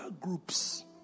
groups